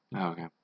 okay